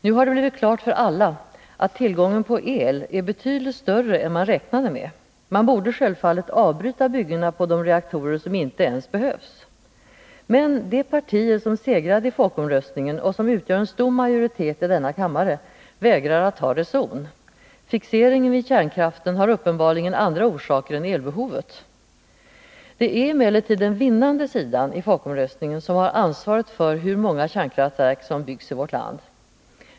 Nu har det blivit klart för alla att tillgången på el är betydligt större än man räknade med. Man borde självfallet avbryta byggena på de reaktorer som inte ens behövs. Men de partier som segrade i folkomröstningen och som utgör en stor majoritet i denna kammare vägrar att ta reson. Fixeringen vid kärnkraften har uppenbarligen andra orsaker än Gl Det är emellertid den vinnande sidan i folkomröstningen som har ansvaret för hur många kärnkraftverk som skall byggas i vårt land.